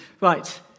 Right